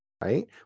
right